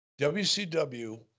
WCW